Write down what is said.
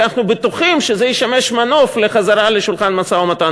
כי אנחנו בטוחים שזה ישמש מנוף לחזרה לשולחן המשא-ומתן.